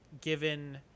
given